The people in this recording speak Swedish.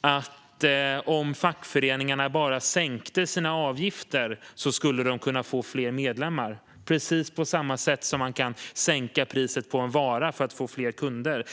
att om fackföreningarna bara sänkte sina avgifter skulle de kunna få fler medlemmar. Det är precis som man kan sänka priset på en vara för att få fler kunder.